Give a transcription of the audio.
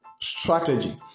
strategy